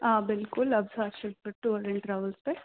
آ بلکُل ابسا چھَس بہٕ ٹیٛوٗر اینٛڈ ٹرٛاولٕز پٮ۪ٹھ